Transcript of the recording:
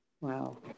Wow